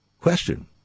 Question